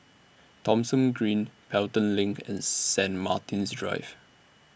Thomson Green Pelton LINK and Saint Martin's Drive